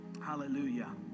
Hallelujah